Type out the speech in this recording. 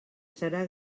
serà